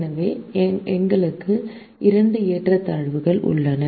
எனவே நமக்கு இரண்டு ஏற்றத்தாழ்வுகள் உள்ளன